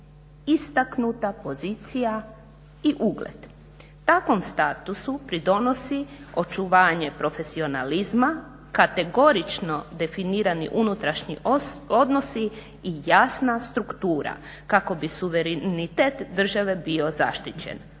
istaknuta pozicija i ugled. Takvom statusu pridonosi očuvanje profesionalizma, kategorično definirani unutrašnji odnosi i jasna struktura kako bi suverenitet države bio zaštićen.